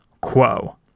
quo